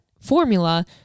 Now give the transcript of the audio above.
formula